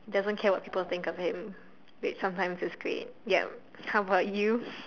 doesn't care what people think of him which sometimes is great ya how about you